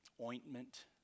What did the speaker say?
ointment